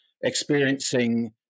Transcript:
experiencing